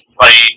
play